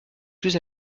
plus